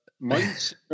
Months